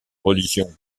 religion